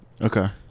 Okay